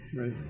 Right